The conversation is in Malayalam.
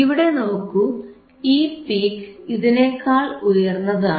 ഇവിടെ നോക്കൂ ഈ പീക്ക് ഇതിനേക്കാൾ ഉയർന്നതാണ്